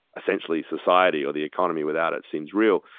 essentially, society or the economy without it seems real.